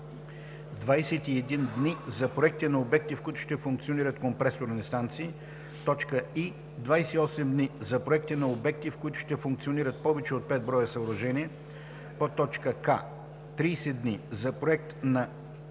21 дни – за проекти на обекти, в които ще функционират компресорни станции; и) 28 дни – за проекти на обекти, в които ще функционират повече от 5 броя съоръжения; к) 30 дни – за проект на топлоелектрическа